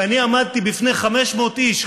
ואני עמדתי בפני 500 איש,